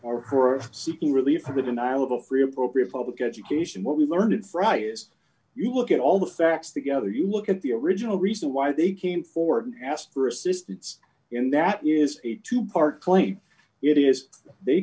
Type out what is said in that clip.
a free appropriate public education what we learned friday is you look at all the facts together you look at the original reason why they came forward and asked for assistance in that is a two part claim it is they